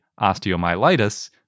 osteomyelitis